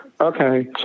okay